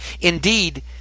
Indeed